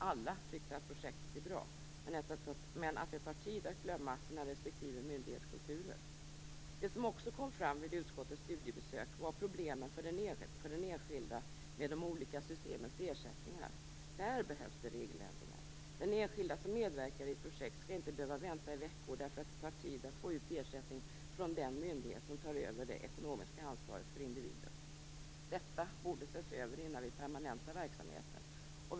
Alla tyckte att projektet är bra, men att det tar tid att glömma sina respektive myndighetskulturer. Det som också kom fram vid utskottets studiebesök var problemen för den enskilda med de olika systemens ersättningar. Där behövs det regeländringar. Den enskilda som medverkar i ett projekt skall inte behöva vänta i veckor därför att det tar tid att få ut ersättning från den myndighet som tar över det ekonomiska ansvaret för individen. Detta borde ses över innan vi permanentar verksamheten.